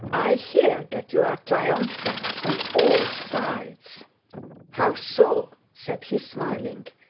i hear that you are triumphing on all sides how so said he smiling.